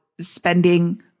spending